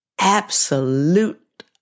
Absolute